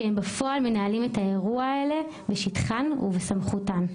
שהם בפועל מנהלים את האירועים אלה בשטחם ובסמכותם.